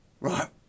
Right